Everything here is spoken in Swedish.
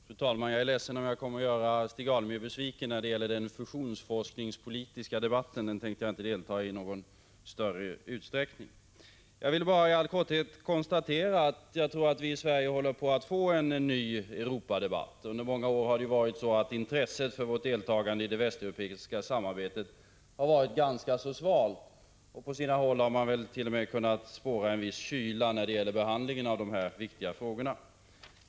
Fru talman! Jag är ledsen om jag kommer att göra Stig Alemyr besviken när det gäller den fusionsforskningspolitiska debatten — den tänker jag inte delta i i någon större utsträckning. I all korthet vill jag konstatera att vi i Sverige håller på att få en ny Europadebatt. Under många år har intresset för vårt deltagande i det västeuropeiska samarbetet varit ganska svalt, och på sina håll har man t.o.m. kunnat spåra en viss kyla när det gäller behandlingen av dessa viktiga frågor.